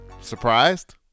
Surprised